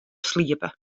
sliepe